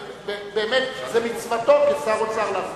באמת זאת מצוותו כשר אוצר לעשות.